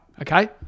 okay